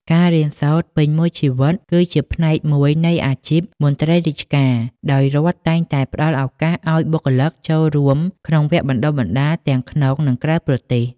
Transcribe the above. ការរៀនសូត្រពេញមួយជីវិតគឺជាផ្នែកមួយនៃអាជីពមន្ត្រីរាជការ ដោយរដ្ឋតែងតែផ្តល់ឱកាសឱ្យបុគ្គលិកចូលរួមក្នុងវគ្គបណ្តុះបណ្តាលទាំងក្នុង និងក្រៅប្រទេស។